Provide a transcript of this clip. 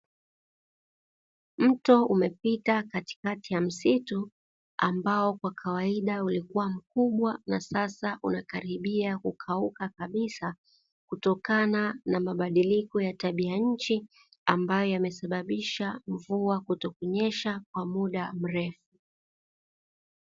Mto umepita katikati ya msitu ambao kwa kawaida, ulikuwa mkubwa na sasa unakaribia kukauka kabisa kutokana na mabadiliko ya tabia ya nchi ambayo yamesababisha mvua kutokunyesha kwa muda mrefu.